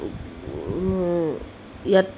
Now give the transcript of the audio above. ইয়াত